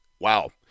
wow